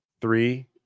Three